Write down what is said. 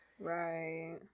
Right